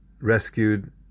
rescued